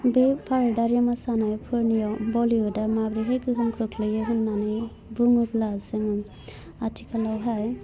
बे भारतारि मोसानायफोरनियाव बलीयुदा माब्रैहाय गोहोम खोख्लैयो होन्नानै बुङोब्ला जों आथिखालावहाय